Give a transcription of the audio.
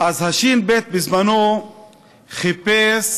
אז הש"ב בזמנו חיפש